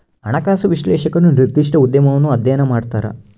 ಹಣಕಾಸು ವಿಶ್ಲೇಷಕರು ನಿರ್ದಿಷ್ಟ ಉದ್ಯಮವನ್ನು ಅಧ್ಯಯನ ಮಾಡ್ತರ